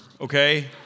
Okay